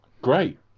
Great